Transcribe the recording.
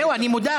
זהו, אני מודאג.